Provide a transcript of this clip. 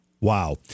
Wow